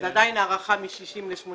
זאת עדיין הארכה מ-60 ל-83.